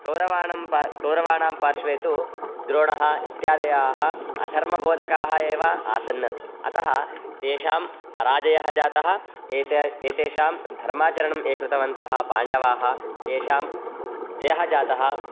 कौरवाणां पा कौरवाणां पार्श्वे तु द्रोणः इत्यादयाः अधर्मबोधकाः एव आसन् अतः तेषां पराजयः जातः एते एतेषां धर्माचरणं ये कृतवन्तः पाण्डवाः तेषां जयः जातः